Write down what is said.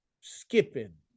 skipping